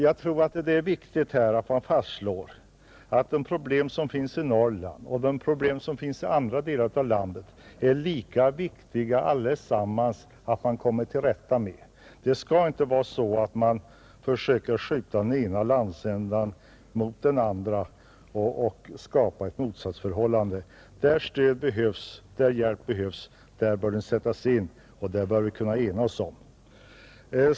Jag tror att det är viktigt att man fastslår att de problem som finns i Norrland och de problem som finns i andra delar av landet är lika viktiga allesamman, Det skall inte vara så att man fösöker skjuta den ena landsändan mot den andra och skapa ett motsatsförhållande dem emellan, Där stöd behövs och där hjälp behövs bör den sättas in och det bör vi kunna enas om.